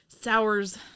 sours